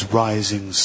rising